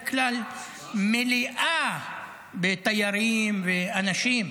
יפו, שבדרך כלל מלאה בתיירים ואנשים.